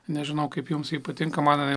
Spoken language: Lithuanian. nežinau kaip jums patinka man